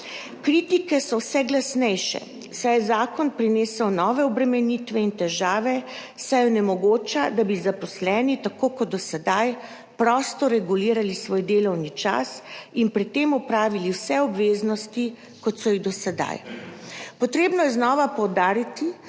Kritike so vse glasnejše, saj je zakon prinesel nove obremenitve in težave, saj onemogoča, da bi zaposleni, tako kot do sedaj, prosto regulirali svoj delovni čas in pri tem opravili vse obveznosti, kot so jih do sedaj. Znova je treba poudariti,